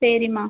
சரிம்மா